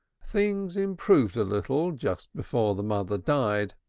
things improved a little just before the mother died,